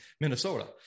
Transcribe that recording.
Minnesota